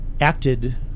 acted